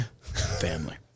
Family